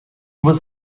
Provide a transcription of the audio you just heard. was